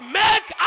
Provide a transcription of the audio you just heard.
make